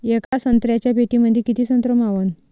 येका संत्र्याच्या पेटीमंदी किती संत्र मावन?